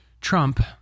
Trump